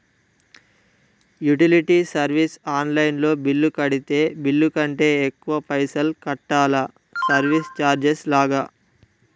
Utility service online లో bill కడితే bill కంటే ఎక్కువ పైసల్ కట్టాలా సర్వీస్ చార్జెస్ లాగా?